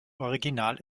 original